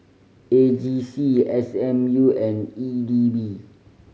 A G C S M U and E D B